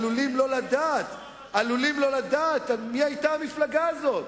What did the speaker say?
עלולים לא לדעת מי היתה המפלגה הזאת,